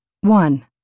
One